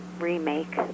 remake